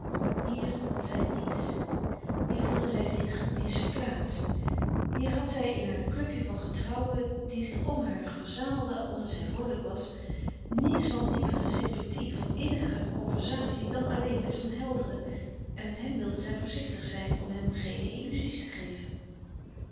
hier had zij niets hier voelde zij zich misplaatst hier had zij in haar clubje van getrouwen die zich om haar verzamelden omdat zij vroolijk was niets van diepere sympathie van inniger conversatie dan alleen met van helderen en met hem wilde zij voorzichtig zijn om hem geene illuzie's te geven